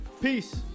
Peace